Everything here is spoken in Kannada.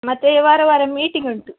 ಮತ್ತು ವಾರ ವಾರ ಮೀಟಿಂಗ್ ಉಂಟು